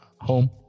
Home